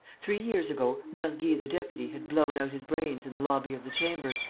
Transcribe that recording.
three years ago, mergy the deputy had blown out his brains in the lobby of the chamber,